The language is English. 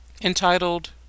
entitled